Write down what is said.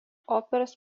operos